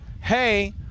Hey